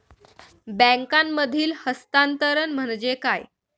बँकांमधील हस्तांतरण म्हणजे काय?